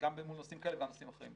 גם בנושאים האלה וגם בנושאים אחרים.